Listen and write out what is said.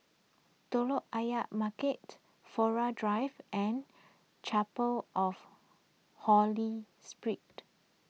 Telok Ayer Market Flora Drive and Chapel of Holy Spirit